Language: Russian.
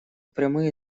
прямые